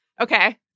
Okay